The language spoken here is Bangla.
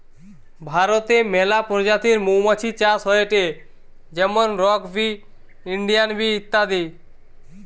ভারতে মেলা প্রজাতির মৌমাছি চাষ হয়টে যেমন রক বি, ইন্ডিয়ান বি ইত্যাদি